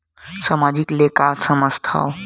सामाजिक ले का समझ थाव?